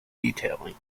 detailing